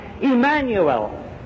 Emmanuel